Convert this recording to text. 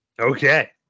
Okay